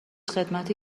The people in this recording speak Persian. خدمتی